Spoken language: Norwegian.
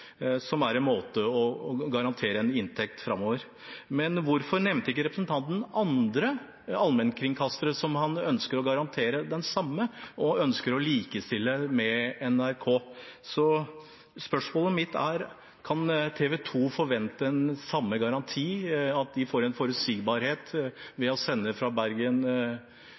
som er en måte å garantere en inntekt framover på. Hvorfor nevnte ikke representanten andre allmennkringkastere som han ønsker den samme garanti for og ønsker å likestille med NRK? Spørsmålet mitt er: Kan TV 2 forvente samme garanti, at de får forutsigbarhet, ved å sende fra Bergen